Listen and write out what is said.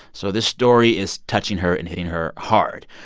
so this story is touching her and hitting her hard.